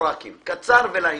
בבקשה.